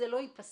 זה לא ייפסק,